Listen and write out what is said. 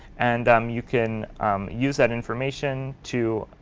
and um you can use that information to